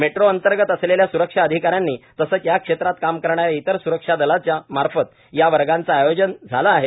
metro अंतर्गत असलेल्या स्रक्षा अधिकाऱ्यानी तसेच या क्षेत्रात काम करणाऱ्या इतर सुरक्षा दलाच्या मार्फत हया वर्गाचे आयोजन झाले आहे